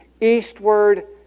eastward